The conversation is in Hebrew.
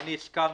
ואני הסכמתי,